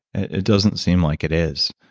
it doesn't seem like it is,